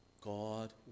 God